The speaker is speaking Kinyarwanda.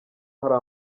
hari